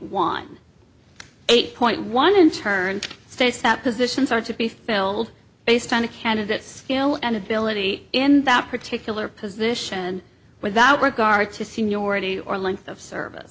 one eight point one in turn states that positions are to be filled based on a candidate skill and ability in that particular position without regard to seniority or length of service